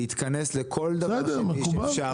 להתכנס לכל דבר שאפשר,